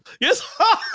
yes